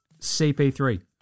CP3